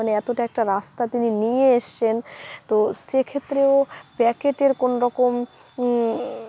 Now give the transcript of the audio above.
মানে এতটা একটা রাস্তা তিনি নিয়ে এসছেন তো সেক্ষেত্রেও প্যাকেটের কোনো রকম